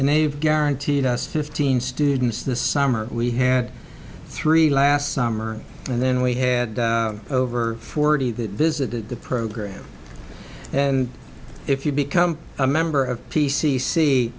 and they've guaranteed us fifteen students this summer we had three last summer and then we had over forty that visited the program and if you become a member of p c c